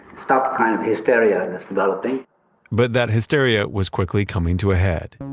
stop kind of hysteria and that's developing but that hysteria was quickly coming to a head